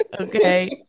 Okay